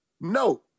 No